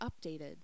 updated